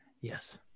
Yes